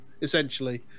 essentially